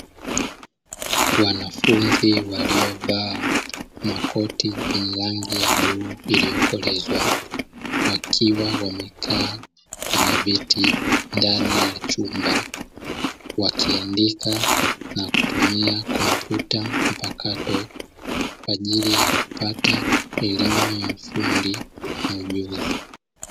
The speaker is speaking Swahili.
Wanafunzi waliovaa makoti ya rangi ya bluu iliyokolezwa, wakiwa wamekaa kwenye viti ndani ya chumba wakiandika na kutumia kompyuta mpakato, kwa ajili ya kupata elimu ya ufundi na ujuzi.